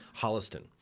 Holliston